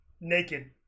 Naked